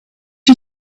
you